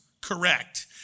correct